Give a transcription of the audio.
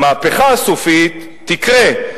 המהפכה הסופית תקרה,